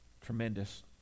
Tremendous